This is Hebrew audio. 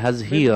להזהיר,